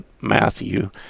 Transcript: Matthew